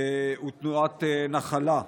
הוא תנועת "נחלה".